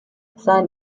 sein